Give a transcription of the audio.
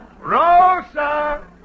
Rosa